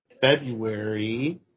February